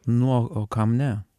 nu o o kam ne